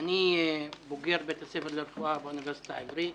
אני בוגר בית הספר לרפואה באוניברסיטה העברית,